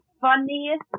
funniest